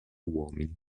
uomini